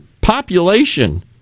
population